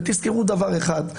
תזכרו דבר אחד,